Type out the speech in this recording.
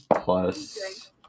plus